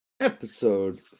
Episode